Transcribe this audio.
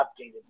updated